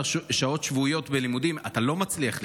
12 שעות שבועיות בלימודים, אתה לא מצליח ללמוד.